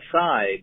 side